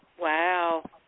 Wow